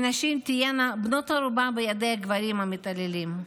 ונשים תהיינה בנות ערובה בידי הגברים המתעללים.